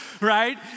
right